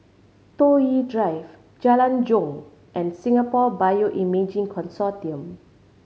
Toh Yi Drive Jalan Jong and Singapore Bioimaging Consortium